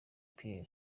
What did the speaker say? pierre